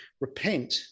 repent